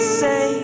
say